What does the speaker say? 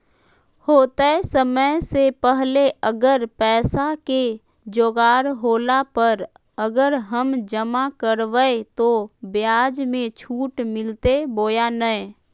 होतय समय से पहले अगर पैसा के जोगाड़ होला पर, अगर हम जमा करबय तो, ब्याज मे छुट मिलते बोया नय?